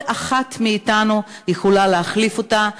כל אחת מאתנו יכולה להחליף אותה.